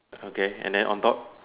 okay and then on top